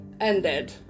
ended